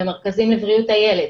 במרכזים לבריאות הילד,